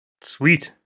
Sweet